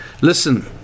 listen